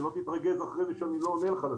שלא תתרגז אחרי זה שאני לא עונה לך לשאלה הזאת.